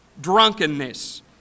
drunkenness